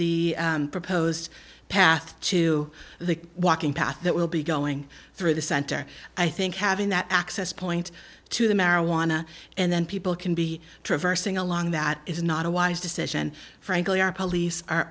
the proposed path to the walking path that will be going through the center i think having that access point to the marijuana and then people can be traversing along that is not a wise decision frankly our police are